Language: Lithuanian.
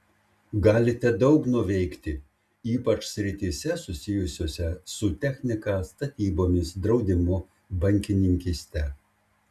galite daug nuveikti ypač srityse susijusiose su technika statybomis draudimu bankininkyste